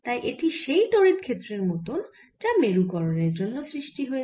তাই এটি সেই তড়িৎ ক্ষেত্রের মতন যা মেরুকরণের জন্য সৃষ্টি হয়েছে